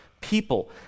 people